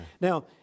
Now